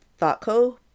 ThoughtCo